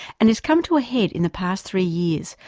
and has come to a head in the past three years,